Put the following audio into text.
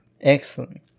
Excellent